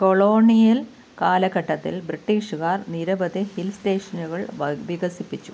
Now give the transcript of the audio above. colonial കാലഘട്ടത്തിൽ ബ്രിട്ടീഷുകാർ നിരവധി ഹിൽ സ്റ്റേഷനുകൾ വികസിപ്പിച്ചു